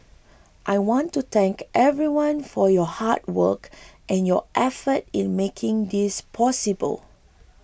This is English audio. I want to thank everyone for your hard work and your effort in making this possible